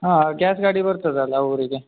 ಹಾಂ ಗ್ಯಾಸ್ ಗಾಡಿ ಬರ್ತದಲ್ಲ ಊರಿಗೆ